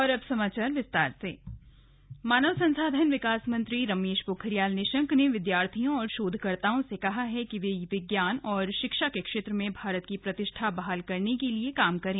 slug HRD मंत्री मानव संसाधन विकास मंत्री रमेश पोखरियाल ने विद्यार्थियों और शोधकर्ताओं से कहा है कि वे विज्ञान और शिक्षा के क्षेत्र में भारत की प्रतिष्ठा बहाल करने के लि काम करें